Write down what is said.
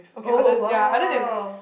oh oh !wow!